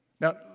Now